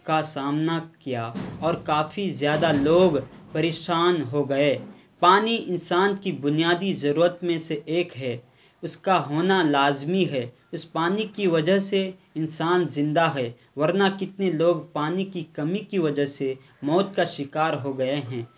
کا سامنا کیا اور کافی زیادہ لوگ پریشان ہو گئے پانی انسان کی بنیادی ضرورت میں سے ایک ہے اس کا ہونا لازمی ہے اس پانی کی وجہ سے انسان زندہ ہے ورنہ کتنے لوگ پانی کی کمی کی وجہ سے موت کا شکار ہو گئے ہیں